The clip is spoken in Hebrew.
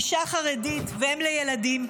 אישה חרדית ואם לילדים,